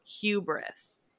hubris